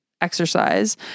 exercise